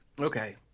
okay